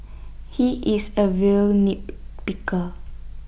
he is A real nitpicker